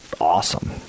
awesome